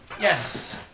Yes